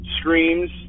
screams